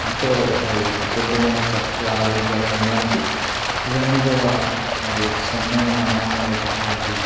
ఎంతో మరి శుభ్రంగా చక్కగా ఆరోగ్యకరంగా ఉండడానికి ఇవన్నీ కూడా మరి సొంతంగా మా అమ్మమ్మ నేర్పించినటువంటి